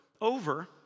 over